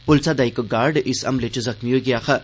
पुलसा दा इक गार्ड इस हमले च जख्मीं होई गेआ हा